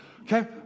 Okay